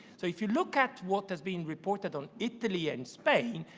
so if you look at what has been reported on italy and spain,